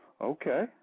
Okay